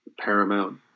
Paramount